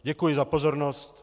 Děkuji za pozornost.